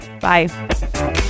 bye